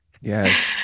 Yes